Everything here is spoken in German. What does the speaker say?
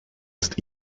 ist